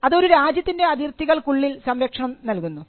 അത് ഒരു രാജ്യത്തിൻറെ അതിരുകൾക്കുള്ളിൽ സംരക്ഷണം നൽകുന്നു